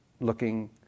looking